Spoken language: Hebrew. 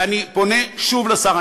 ואני פונה שוב לשר,